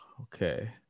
Okay